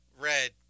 red